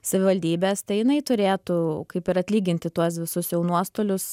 savivaldybės tai jinai turėtų kaip ir atlyginti tuos visus jau nuostolius